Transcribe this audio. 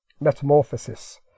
metamorphosis